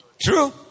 True